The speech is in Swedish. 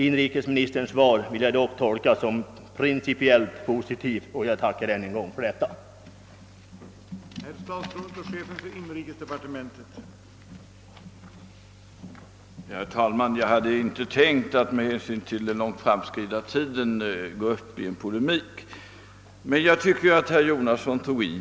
Inrikesministerns svar vill jag dock tolka som pricipiellt positivt, och jag tackar än en gång för detsamma.